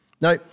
Now